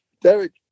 derek